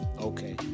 Okay